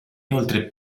inoltre